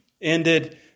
ended